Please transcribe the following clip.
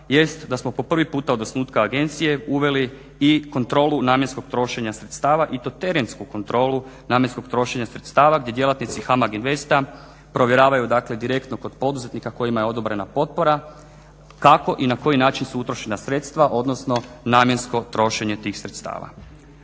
jest da smo po prvi puta od osnutka agencije uveli i kontrolu namjenskog trošenja sredstava i to terensku kontrolu namjenskog trošenja sredstava gdje djelatnici HAMAG INVESTA provjeravaju dakle direktno kod poduzetnika kojima je odobrena potpora kako i na koji način su utrošena sredstva, odnosno namjensko trošenje tih sredstava.